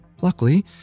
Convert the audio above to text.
Luckily